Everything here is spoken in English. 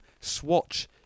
Swatch